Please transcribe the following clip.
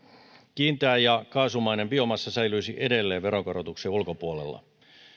kiinteä ja kaasumainen biomassa säilyisi edelleen veronkorotuksen ulkopuolella